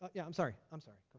but yeah, i'm sorry. i'm sorry.